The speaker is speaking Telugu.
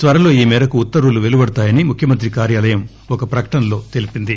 త్వరలో ఈ మేరకు ఉత్తర్వులు పెలువడుతాయని ముఖ్యమంత్రి కార్యాలయం ఒక ప్రకటనలో తెలిపింది